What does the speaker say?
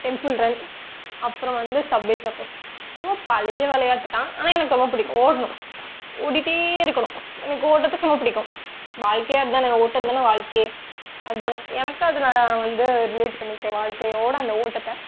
temple Run அப்புறம் வந்து Subway Surfers இதுவும் பழைய விளையாட்டுதான் ஆனால் எனக்கு ரொம்ப பிடிக்கும் ஓடணும் ஓடிகிட்டே இருக்கணும் எனக்கு ஓடுறதுக்கு ரொம்ப பிடிக்கும் வாழ்க்கையே அதுதானங்க ஓட்டம்தானே வாழ்க்கையே அது எனக்கு அதனால் வந்து ரிலெய்ட் பண்ணிக்கிறேன் வாழ்ல்க்கையோட அந்த ஓட்டத்தை